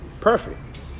perfect